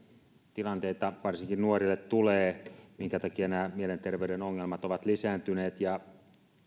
tilanteita varsinkin nuorille tulee minkä takia nämä mielenterveyden ongelmat ovat lisääntyneet